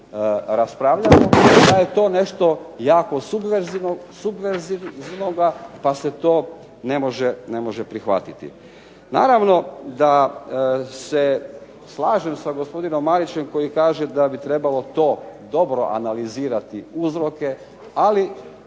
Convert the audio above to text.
raspravljamo da je to nešto jako subverzivnoga pa se to ne može prihvatiti. Naravno da se slažem sa gospodinom Marićem koji kaže da bi trebalo to dobro analizirati uzroke, ali